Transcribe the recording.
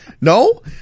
No